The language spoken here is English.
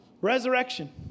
resurrection